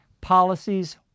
policies